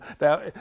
Now